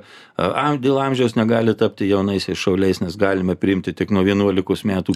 a dėl amžiaus negali tapti jaunaisiais šauliais nes galime priimti tik nuo vienuolikos metų